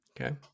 Okay